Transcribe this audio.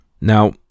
Now